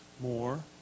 More